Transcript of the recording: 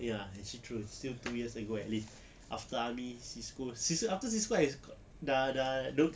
ya actually true still two years ago at least after army CISCO after CISCO I dah dah don't